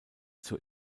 zur